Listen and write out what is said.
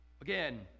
Again